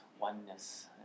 oneness